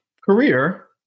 career